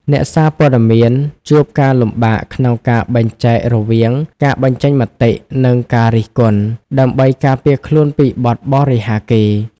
អ្នកសារព័ត៌មានជួបការលំបាកក្នុងការបែងចែករវាង "ការបញ្ចេញមតិ" និង "ការរិះគន់" ដើម្បីការពារខ្លួនពីបទបរិហាកេរ្តិ៍។